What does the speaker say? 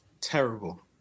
Terrible